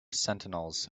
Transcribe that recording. sentinels